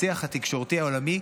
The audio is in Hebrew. בשיח התקשורתי העולמי,